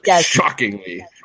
shockingly